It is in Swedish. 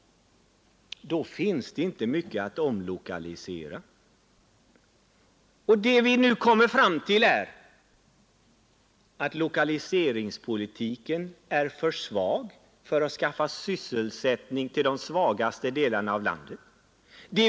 Då finns det inte mycket att omlokalisera. Lokaliseringspolitiken är alltså för svag för att skaffa sysselsättning till de svagaste delarna av landet.